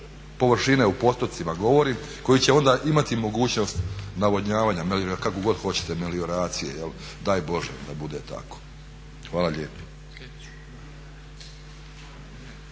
površine, u postotcima govorim, koji će onda imati mogućnost navodnjavanja, kako god hoćete melioracije. Daj Bože da bude tako. Hvala lijepo.